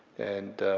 and,